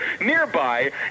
nearby